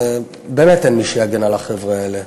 ובאמת אין מי שיגן על החבר'ה האלה.